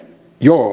joo